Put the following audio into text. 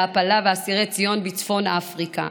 ההעפלה ואסירי ציון בצפון אפריקה.